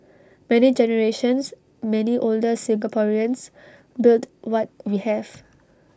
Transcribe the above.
many generations many older Singaporeans built what we have